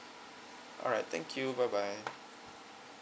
alright thank you bye bye